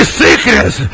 sickness